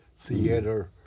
theater